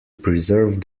preserve